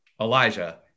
Elijah